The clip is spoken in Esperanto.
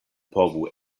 povu